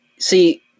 See